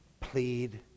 Plead